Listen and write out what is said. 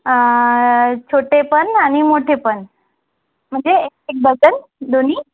छोटे पण आणि मोठे पण म्हणजे एक डझन दोन्ही